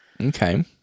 Okay